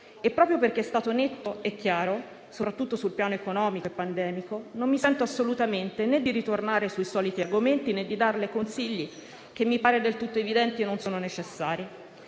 Proprio perché è stato netto e chiaro, soprattutto sul piano economico e pandemico, non mi sento assolutamente, né di ritornare sui soliti argomenti, né di darle consigli, che mi pare del tutto evidente non sono necessari.